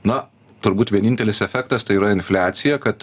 na turbūt vienintelis efektas tai yra infliacija kad